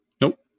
Nope